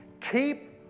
Keep